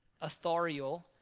authorial